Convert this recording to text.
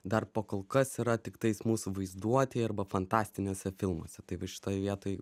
dar po kol kas yra tiktais mūsų vaizduotėj arba fantastiniuose filmuose tai va šitoj vietoj